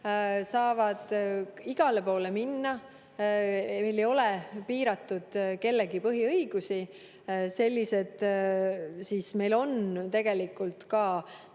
saavad igale poole minna, meil ei ole piiratud kellegi põhiõigusi. Selliselt meil on tegelikult endiselt